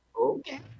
okay